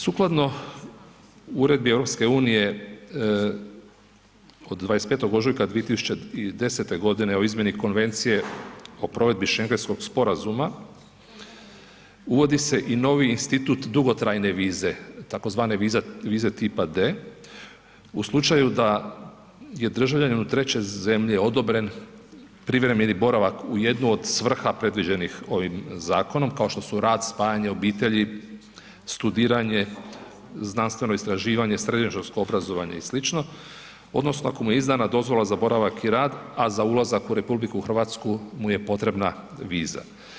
Sukladno Uredbi EU od 25. ožujka 2010. g. o izmijeni Konvencije o provedbi Šengenskog sporazuma uvodi se i novi institut dugotrajne vize, tzv. vize tipa D, u slučaju da je državljanin u trećoj zemlji odobren privremeni boravak u jednu od svrha predviđenih ovim zakonom, kao što su rad, spajanje obitelji, studiranje, znanstveno istraživanje, srednjoškolsko obrazovanje i sl., odnosno ako mu je izdana dozvola za boravak i rad, a za ulazak u RH mu je potrebna viza.